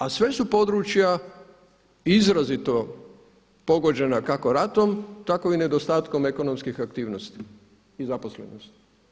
A sve su područja izrazito pogođena kako ratom tako i nedostatkom ekonomskih aktivnosti i zaposlenosti.